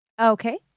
Okay